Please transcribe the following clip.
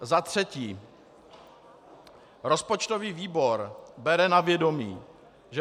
Za třetí, rozpočtový výbor bere na vědomí, že